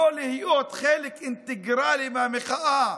לא להיות חלק אינטגרלי מהמחאה